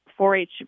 4-H